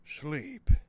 sleep